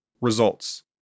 Results